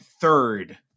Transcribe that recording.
third